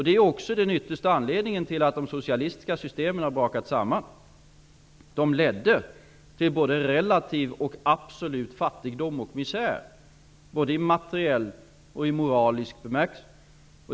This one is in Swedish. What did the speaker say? Det är ju också den yttersta anledningen till att de socialistiska systemen har brakat samman. De ledde till både relativ och absolut fattigdom och misär, både i materiell och moralisk bemärkelse.